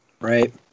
right